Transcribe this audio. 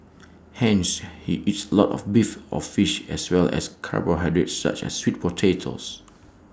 hence he eats A lot of beef or fish as well as carbohydrates such as sweet potatoes